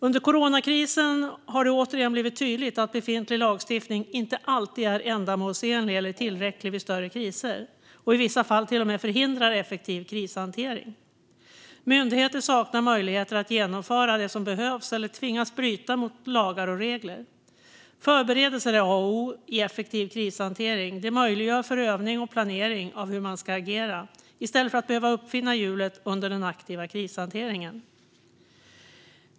Under coronakrisen har det återigen blivit tydligt att befintlig lagstiftning inte alltid är ändamålsenlig eller tillräcklig vid större kriser. I vissa fall till och med förhindrar den effektiv krishantering. Myndigheter saknar möjligheter att genomföra det som behövs eller tvingas bryta mot lagar och regler. Förberedelser är A och O i effektiv krishantering. Det möjliggör för övning och planering av hur man ska agera i stället för att behöva uppfinna hjulet under den aktiva krishanteringeringen.